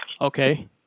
Okay